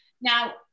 Now